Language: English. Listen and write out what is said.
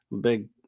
big